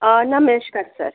अं नमश्कार सर